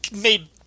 made